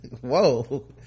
Whoa